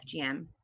FGM